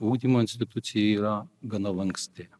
ugdymo institucija yra gana lanksti